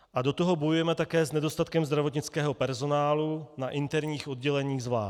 A do toho bojujeme také s nedostatkem zdravotnického personálu, na interních odděleních zvlášť.